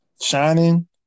shining